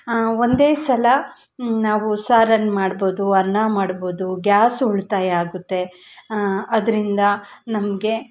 ಒಂದೇ ಸಲ ನಾವು ಸಾರನ್ನು ಮಾಡ್ಬೋದು ಅನ್ನ ಮಾಡ್ಬೋದು ಗ್ಯಾಸ್ ಉಳ್ತಾಯ ಆಗುತ್ತೆ ಅದರಿಂದ ನಮಗೆ